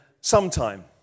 sometime